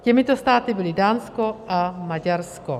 Těmito státy byly Dánsko a Maďarsko.